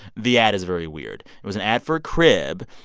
the ad is very weird. it was an ad for a crib.